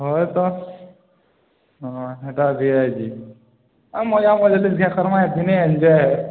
ହଏ ତ ହଁ ହେଟା ଭି ଆଇ ପି ହଁ ମଜା ମଜଲିସ୍ କର୍ମା ଏତ୍ଦିନେ ଏଞ୍ଜୟ୍